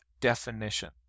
definition